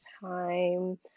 time